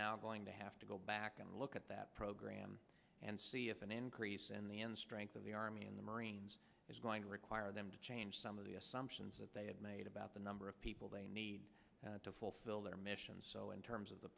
now going to have to go back and look at that program and see if an increase in the end strength of the army in the marines is going to require them to change some of the assumptions that they had made about the number of people they need to fulfill their missions so in terms of the